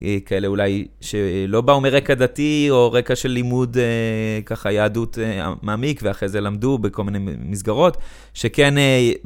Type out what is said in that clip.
כאלה אולי שלא באו מרקע דתי, או רקע של לימוד ככה יהדות מעמיק, ואחרי זה למדו בכל מיני מסגרות שכן...